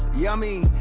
yummy